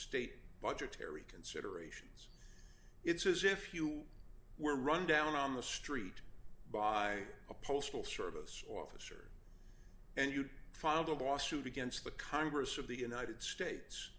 state budgetary considerations it's as if you were run down on the street by a postal service officer and you filed a lawsuit against the congress of the united states